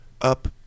up